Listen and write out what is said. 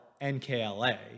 NKLA